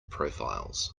profiles